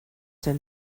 der